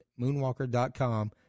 moonwalker.com